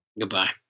Goodbye